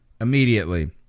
immediately